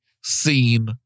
seen